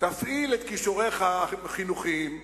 תפעיל את כישוריך החינוכיים,